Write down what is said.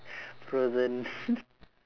frozen